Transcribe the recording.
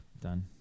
Done